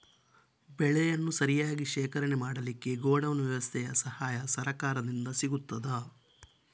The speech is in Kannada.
ಬೆಳೆಯನ್ನು ಸರಿಯಾಗಿ ಶೇಖರಣೆ ಮಾಡಲಿಕ್ಕೆ ಗೋಡೌನ್ ವ್ಯವಸ್ಥೆಯ ಸಹಾಯ ಸರಕಾರದಿಂದ ಸಿಗುತ್ತದಾ?